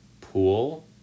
pool